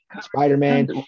Spider-Man